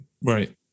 right